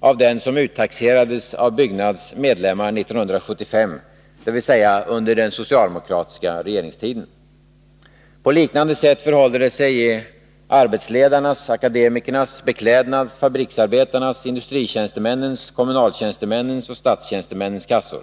av den som uttaxerades av Byggnads medlemmar 1975, dvs. under den socialdemokratiska regeringstiden. På liknande sätt förhåller det sig i arbetsledarnas, akademikernas, Beklädnads, fabriksarbetarnas, industritjänstemännens, kommunaltjänstemännens och statstjänstemännens kassor.